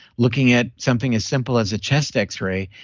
looking at something as simple as a chest x-ray,